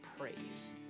praise